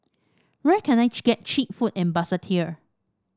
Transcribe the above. where can I get cheap food in Basseterre